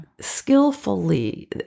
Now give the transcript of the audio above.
skillfully